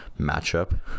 matchup